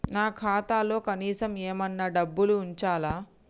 నా ఖాతాలో కనీసం ఏమన్నా డబ్బులు ఉంచాలా?